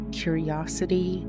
curiosity